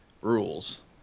rules